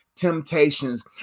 Temptations